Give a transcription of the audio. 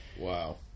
Wow